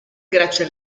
grazie